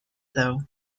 though